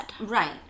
Right